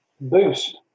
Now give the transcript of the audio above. boost